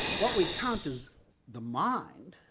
what we count as the mind,